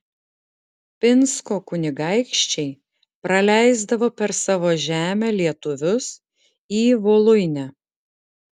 pinsko kunigaikščiai praleisdavo per savo žemę lietuvius į voluinę